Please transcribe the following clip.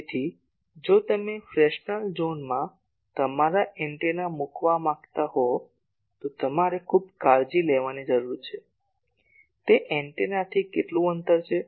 તેથી જો તમે ફ્રેસેનલ ઝોનમાં તમારા એન્ટેના મૂકવા માંગતા હો તો તમારે ખૂબ કાળજી લેવાની જરૂર છે તે એન્ટેનાથી કેટલું અંતર છે